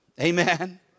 Amen